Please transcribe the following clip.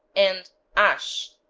and s